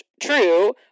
true